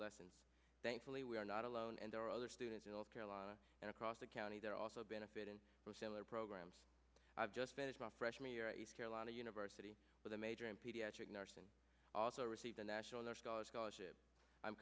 lesson thankfully we are not alone and there are other students in north carolina and across the county there are also benefiting from similar programs i've just finished my freshman year at carolina university with a major in pediatric nurse and also receive the national arts college scholarship i'm